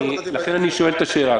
--- לכן אני שואל את השאלה.